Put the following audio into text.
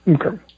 Okay